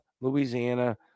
Louisiana